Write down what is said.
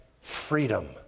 freedom